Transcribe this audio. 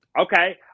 okay